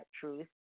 truth